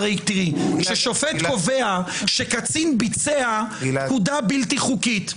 הרי כששופט קובע שקצין ביצע פקודה בלתי חוקית,